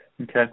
Okay